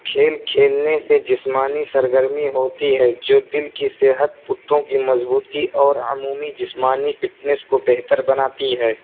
کھیل کھیلنے سے جسمانی سرگرمی ہوتی ہے جو دل کی صحت پٹھوں کی مضبوطی اور عمومی جسمانی فٹنس کو بہتر بناتی ہے